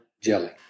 jelly